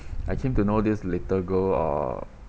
I came to know this little girl or